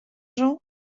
jean